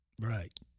Right